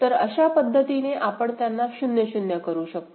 तर अशा पद्धतीने आपण त्यांना 0 0 करू शकतो